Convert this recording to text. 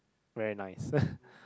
very nice